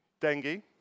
dengue